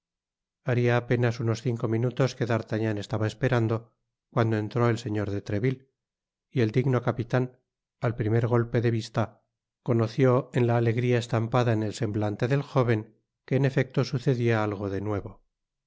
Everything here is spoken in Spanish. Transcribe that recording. haria apenas unos cinco minutos que d'artagnan estaba esperando cuando entró el señor de treville y el digno capitan al primer golpe de vista conoció en la alegría estampada en el semblante del jóven que en efecto sucedia algo de nuevo